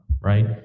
right